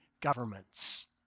governments